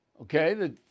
Okay